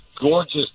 gorgeous